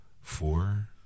Four